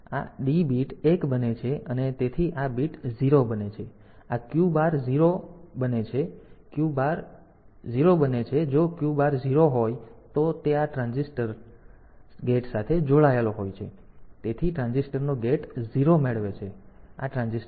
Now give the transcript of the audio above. તેથી આ D bit 1 બને છે અને તેથી આ બીટ 0 બને છે આ Q બાર 0 Q બને છે 1 Q બાર 0 બને છે જ્યારે Q બાર જો Q બાર 0 હોય તો તે આ ટ્રાંઝિસ્ટર ના આ ટ્રાન્ઝિસ્ટર ગેટ સાથે જોડાયેલ હોય છે તેથી ટ્રાંઝિસ્ટરનો ગેટ 0 મેળવે છે તેથી આ ટ્રાન્ઝિસ્ટર બંધ છે